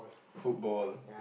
football